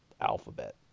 alphabet